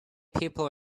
people